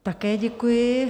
Také děkuji.